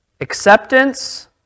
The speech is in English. Acceptance